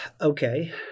okay